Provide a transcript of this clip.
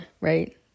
Right